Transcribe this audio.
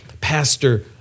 Pastor